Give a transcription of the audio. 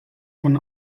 von